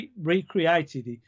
recreated